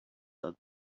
that